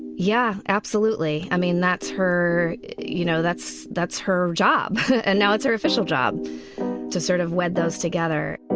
yeah absolutely. i mean that's her you know that's that's her job and now it's our official job to sort of wear those together.